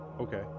okay